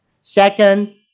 Second